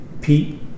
Pete